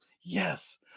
Yes